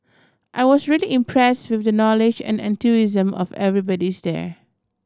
I was really impress with the knowledge and enthusiasm of everybody's there